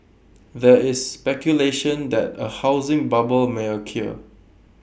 there is speculation that A housing bubble may occur